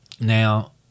Now